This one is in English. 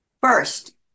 First